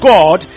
God